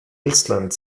island